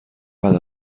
بعد